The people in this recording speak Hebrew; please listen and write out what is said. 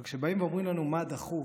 אבל כשבאים ואומרים לנו: מה דחוף?